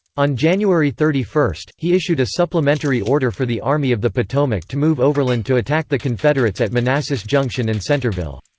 on january thirty one, he issued a supplementary order for the army of the potomac to move overland to attack the confederates at manassas junction and centreville.